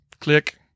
click